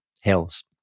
hills